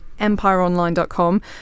empireonline.com